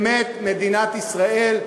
מדינת ישראל,